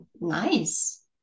Nice